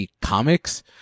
comics